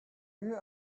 you